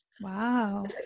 wow